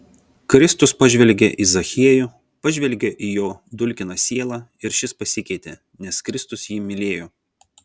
kristus pažvelgė į zachiejų pažvelgė į jo dulkiną sielą ir šis pasikeitė nes kristus jį mylėjo